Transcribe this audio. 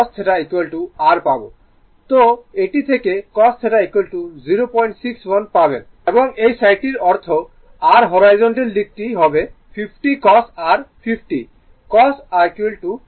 সুতরাং এটি থেকে cos theta 061 পাবেন এবং এই সাইডটির অর্থ r হরাইজন্টাল দিকটি হবে 50 cos r 50 cos r 524